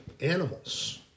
animals